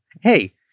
Hey